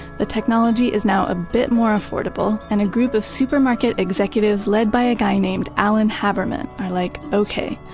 the technology is now a bit more affordable and a group of supermarket executives, led by a guy named alan haberman are like, okay.